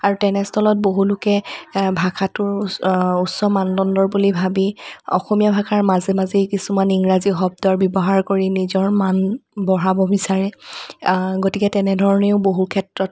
আৰু তেনেস্থলত বহু লোকে ভাষাটোৰ উচ্চ মানদণ্ডৰ বুলি ভাবি অসমীয়া ভাষাৰ মাজে মাজেই কিছুমান ইংৰাজী শব্দৰ ব্যৱহাৰ কৰি নিজৰ মান বঢ়াব বিচাৰে গতিকে তেনে ধৰণেও বহু ক্ষেত্ৰত